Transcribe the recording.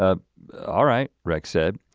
ah all right, rex said,